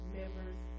members